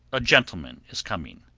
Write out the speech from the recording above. a gentleman is coming.